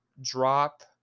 drop